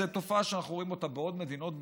זאת תופעה שאנחנו רואים אותה בעוד מדינות בעולם,